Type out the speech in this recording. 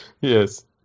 Yes